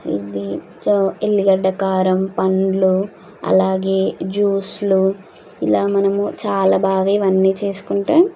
ఇవి ఎల్లిగడ్డ కారం పండ్లు అలాగే జ్యూస్లు ఇలా మనము చాలా బాగా ఇవన్నీ చేసుకుంటే